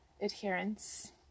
adherence